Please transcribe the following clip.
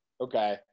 okay